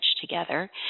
together